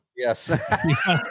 Yes